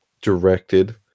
directed